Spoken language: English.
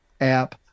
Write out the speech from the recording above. app